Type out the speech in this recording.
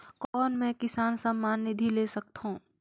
कौन मै किसान सम्मान निधि ले सकथौं?